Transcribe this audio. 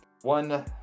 one